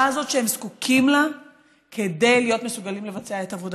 הזאת שהם זקוקים לה כדי להיות מסוגלים לבצע את עבודתם.